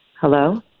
Hello